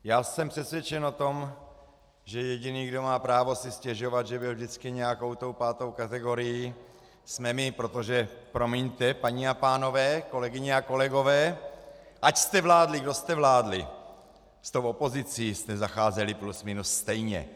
Já jsem přesvědčen o tom, že jediný, kdo má právo si stěžovat, že byl vždycky nějakou tou pátou kategorií, jsme my, protože promiňte, paní a pánové, kolegyně a kolegové, ať jste vládli, kdo jste vládli, s tou opozicí jste zacházeli plus minus stejně.